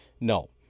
no